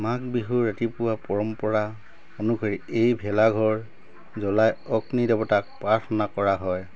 মাঘ বিহুৰ ৰাতিপুৱা পৰম্পৰা অনুসৰি এই ভেলাঘৰ জ্বলাই অগ্নি দেৱতাক প্ৰাৰ্থনা কৰা হয়